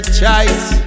choice